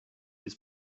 his